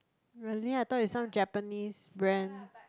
really I thought is some Japanese brand